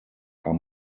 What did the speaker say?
are